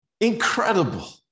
incredible